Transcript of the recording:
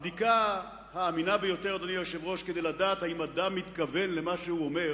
הבדיקה האמינה ביותר כדי לדעת אם אדם מתכוון למה שהוא אומר